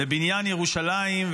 לבניין ירושלים.